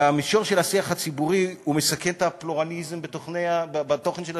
במישור של השיח הציבורי הוא מסכן את הפלורליזם בתוכן של התקשורת,